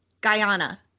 Guyana